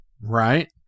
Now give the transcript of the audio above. Right